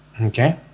okay